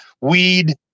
weed